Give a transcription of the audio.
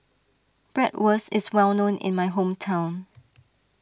Bratwurst is well known in my hometown